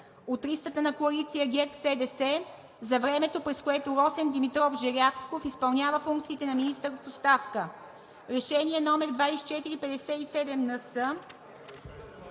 от листата на коалиция ГЕРБ-СДС, за времето, през което Росен Димитров Желязков изпълнява функциите на министър в оставка.“ Решение № 2457-НС,